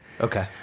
Okay